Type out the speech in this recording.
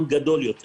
גדול יותר